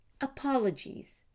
Apologies